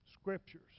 scriptures